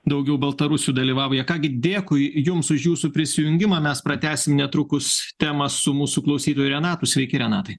daugiau baltarusių dalyvauja ką gi dėkui jums už jūsų prisijungimą mes pratęsim netrukus temą su mūsų klausytoju renatu sveiki renatai